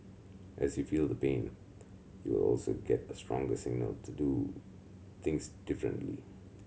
as you feel the pain you will also get a stronger signal to do things differently